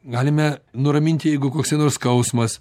galime nuraminti jeigu koks skausmas